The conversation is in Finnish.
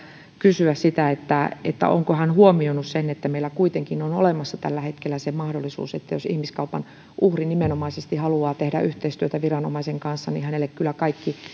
kysyä sitä onko hän huomioinut sen että meillä kuitenkin on olemassa tällä hetkellä se mahdollisuus että jos ihmiskaupan uhri nimenomaisesti haluaa tehdä yhteistyötä viranomaisen kanssa niin hänelle kyllä kaikki